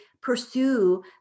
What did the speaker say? pursue